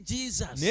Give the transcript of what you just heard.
Jesus